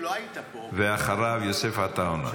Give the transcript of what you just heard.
אחריו, יוסף עטאונה.